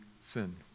sin